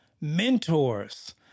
mentors